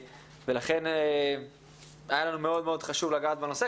ולכן היה לנו מאוד חשוב לגעת בנושא.